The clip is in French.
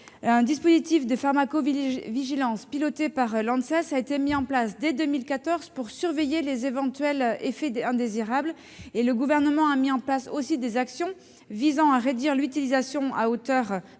Un dispositif de pharmacovigilance piloté par l'Anses a été mis en place dès 2014 pour surveiller les éventuels effets indésirables. Le Gouvernement a aussi engagé des actions pour réduire l'utilisation des pesticides